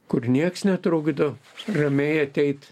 kur nieks netrukdo ramiai ateit